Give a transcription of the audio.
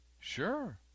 Sure